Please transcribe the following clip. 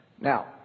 Now